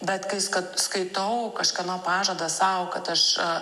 bet kais kad skaitau kažkieno pažadą sau kad aš